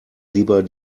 lieber